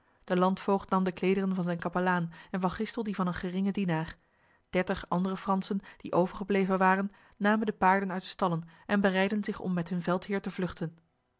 de landvoogd nam de klederen van zijn kapelaan en van gistel die van een geringe dienaar dertig andere fransen die overgebleven waren namen de paarden uit de stallen en bereidden zich om met hun veldheer te vluchten